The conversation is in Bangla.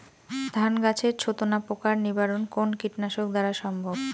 ধান গাছের ছাতনা পোকার নিবারণ কোন কীটনাশক দ্বারা সম্ভব?